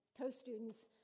co-students